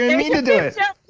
mean to do it yeah